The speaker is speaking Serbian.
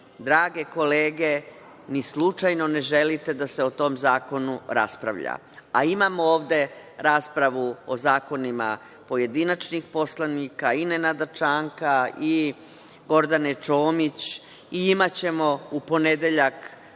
drage kolege, ni slučajno ne želite da se o tom zakonu raspravlja, a imamo ovde raspravu o zakonima pojedinačnih poslanika i Nenada Čanka i Gordane Čomić i imaćemo u ponedeljak